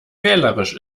wählerisch